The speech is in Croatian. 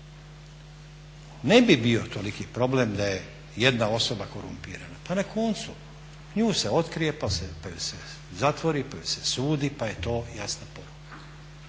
Ne bi bio toliki problem da je jedna osoba korumpirana, pa na koncu nju se otkrije pa je se zatvori, pa joj se sudi, pa je to jasna poruka.